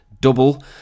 double